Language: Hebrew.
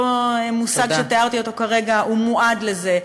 אותו מושג שתיארתי כרגע, מועד לזה.